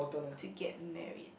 to get married